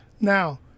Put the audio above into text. Now